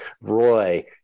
Roy